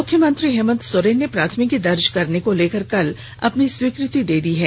मुख्यमंत्री हेमन्त सोरेन ने प्राथमिकी दर्ज करने को लेकर कल अपनी स्वीकृति दे दी है